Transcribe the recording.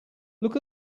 look